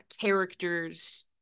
character's